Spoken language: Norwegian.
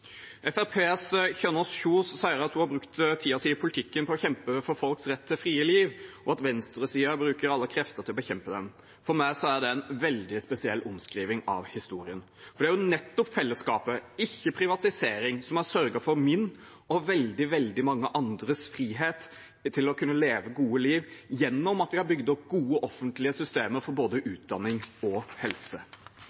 politikken på å kjempe for folks rett til frie liv, og at venstresiden bruker alle krefter til å bekjempe den. For meg er det en veldig spesiell omskriving av historien. Nettopp fellesskapet, ikke privatisering, har sørget for min, og veldig, veldig mange andres, frihet til å kunne leve gode liv, gjennom det at vi har bygd opp gode offentlige systemer for både